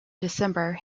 december